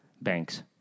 Banks